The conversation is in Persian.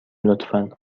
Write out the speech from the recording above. لطفا